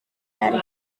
dari